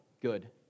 good